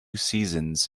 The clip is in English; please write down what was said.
seasons